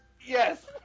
yes